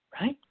right